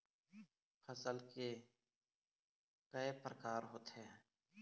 फसल के कय प्रकार होथे?